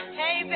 hey